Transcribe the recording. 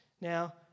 Now